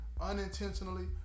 unintentionally